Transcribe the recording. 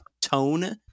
tone